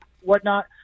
whatnot